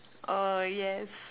oh yes